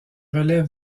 relèvent